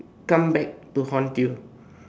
come back to haunt you